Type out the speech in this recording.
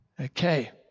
Okay